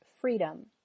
freedom